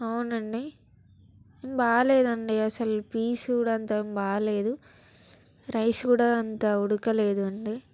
అవునండి ఏం బాగాలేదండి అసలు పీస్ కూడా అంత ఏం బాగాలేదు రైస్ కూడా అంత ఉడకలేదు అండి